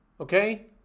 Okay